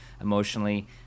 emotionally